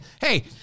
Hey